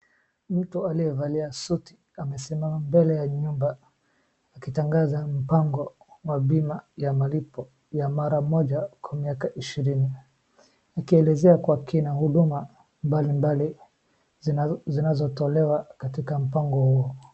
Mtu aliyevalia suti amesimama mbele ya nyumba akitangaza mpango ya bima la malipo ya mara moja kwa miaka ishirini ikielezea kwa kina huduma mbalimbali zinazotolewa katika mpango huu.